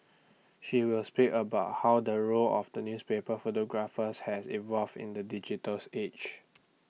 she will speak about how the role of the newspaper photographers has evolved in the digital age